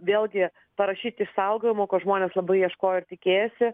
vėlgi parašyti išsaugojimo ko žmonės labai ieškojo ir tikėjosi